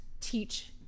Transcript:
teach